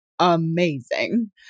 amazing